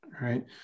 right